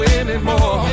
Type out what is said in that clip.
anymore